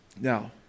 Now